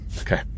Okay